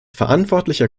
verantwortlicher